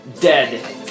dead